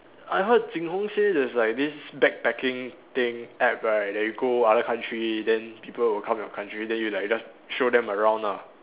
I heard Jing Hong say there's like this backpacking thing App right that you go other country then people will come your country then you like just show them around lah